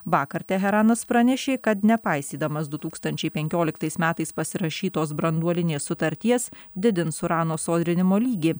vakar teheranas pranešė kad nepaisydamas du tūkstančiai penkioliktais metais pasirašytos branduolinės sutarties didins urano sodrinimo lygį